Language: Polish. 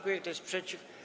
Kto jest przeciw?